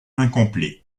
incomplet